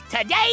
today